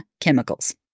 chemicals